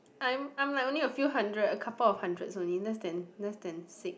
I'm I'm like only a few hundred a couple of hundreds only less than less than six